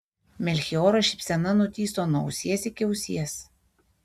melchioro šypsena nutįso nuo ausies iki ausies